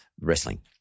wrestling